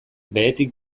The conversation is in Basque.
behetik